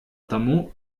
тому